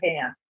pan